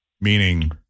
meaning